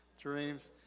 dreams